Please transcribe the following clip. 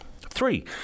Three